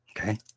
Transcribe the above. Okay